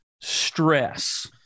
stress